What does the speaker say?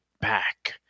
back